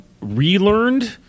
relearned